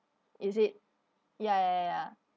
is it ya ya ya ya ya